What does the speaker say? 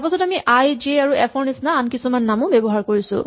তাৰপাছত আমি I J আৰু এফ ৰ নিচিনা আন নাম ব্যৱহাৰ কৰিছো